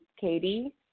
Katie